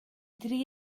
dri